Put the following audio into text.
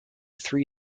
three